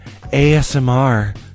ASMR